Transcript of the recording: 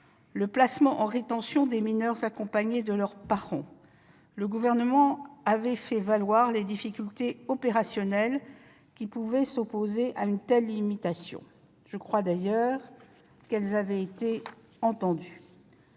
le placement en rétention des mineurs accompagnés de leurs parents, le Gouvernement avait fait valoir les difficultés opérationnelles qui pouvaient s'opposer à une telle limitation. Je crois d'ailleurs que celles-ci avaient été entendues.